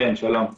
כלפי הדור הזה.